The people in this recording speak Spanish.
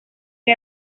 que